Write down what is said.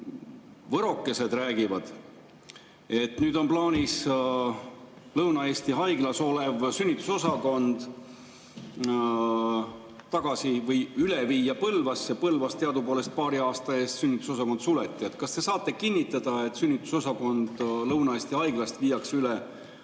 Võrokesed räägivad, et nüüd on plaanis Lõuna-Eesti Haiglas olev sünnitusosakond tagasi või üle viia Põlvasse. Põlvas teadupoolest paari aasta eest sünnitusosakond suleti. Kas te saate kinnitada, et sünnitusosakond viiakse Lõuna-Eesti Haiglast üle